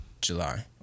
July